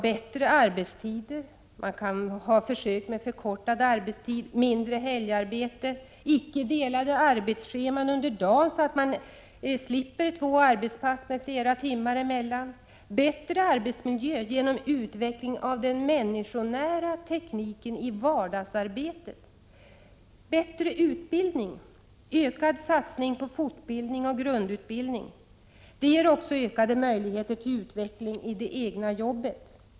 — Bättre arbetstider. Försök med förkortad arbetstid. Mindre helgarbete. Icke delade arbetsscheman under dagen, så att man slipper ha två arbetspass med flera timmar emellan. — Bättre utbildning. Ökad satsning på fortbildning och grundutbildning. Detta ger också ökade möjligheter till utveckling i det egna jobbet.